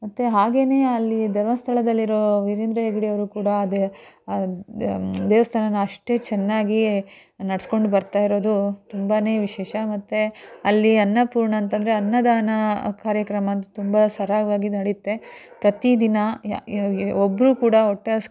ಮತ್ತು ಹಾಗೆಯೇ ಅಲ್ಲಿ ಧರ್ಮಸ್ಥಳದಲ್ಲಿರೋ ವೀರೇಂದ್ರ ಹೆಗಡೆಯವ್ರು ಕೂಡ ಅದು ದೇವಸ್ಥಾನನ ಅಷ್ಟೇ ಚೆನ್ನಾಗಿ ನಡ್ಸ್ಕೊಂಡು ಬರ್ತಾಯಿರೋದು ತುಂಬನೇ ವಿಶೇಷ ಮತ್ತು ಅಲ್ಲಿ ಅನ್ನಪೂರ್ಣ ಅಂತ ಅಂದ್ರೆ ಅನ್ನದಾನ ಕಾರ್ಯಕ್ರಮ ಅಂತೂ ತುಂಬ ಸರಾಗವಾಗಿ ನಡೆಯುತ್ತೆ ಪ್ರತಿದಿನ ಒಬ್ಬರು ಕೂಡ ಹೊಟ್ಟೆ ಹಸ್ಕೊಂಡು